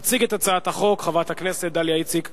תציג את הצעת החוק חברת הכנסת דליה איציק.